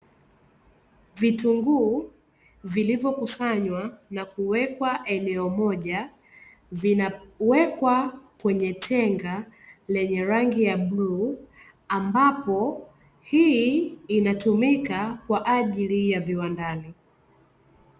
Vitunguu vilivyo kusanywa na kuwekwa eneo moja, vinawekwa kwenye Tenga lenye rangi ya Bluu ambapo hii inatumika kwaajili ya viwandani.